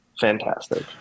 fantastic